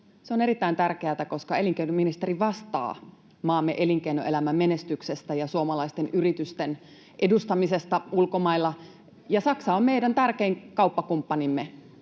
Se on erittäin tärkeätä, koska elinkeinoministeri vastaa maamme elinkeinoelämän menestyksestä [Jenna Simula: Ja hyvin vastaakin!] ja suomalaisten yritysten edustamisesta ulkomailla ja Saksa on meidän tärkein kauppakumppanimme.